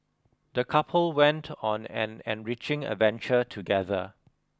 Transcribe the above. the couple went on an enriching adventure together